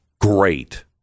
great